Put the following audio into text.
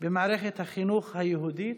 במערכת החינוך היהודית.